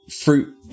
fruit